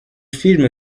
film